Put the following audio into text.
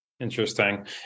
Interesting